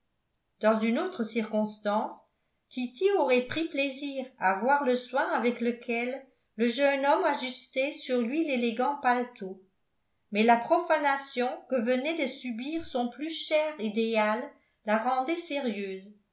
dans une autre circonstance kitty aurait pris plaisir à voir le soin avec lequel le jeune homme ajustait sur lui l'élégant paletot mais la profanation que venait de subir son plus cher idéal la rendait sérieuse